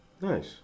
Nice